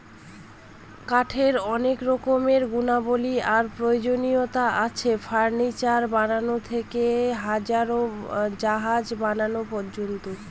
কাঠের অনেক রকমের গুণাবলী আর প্রয়োজনীয়তা আছে, ফার্নিচার বানানো থেকে জাহাজ বানানো পর্যন্ত